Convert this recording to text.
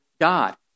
God